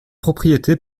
propriété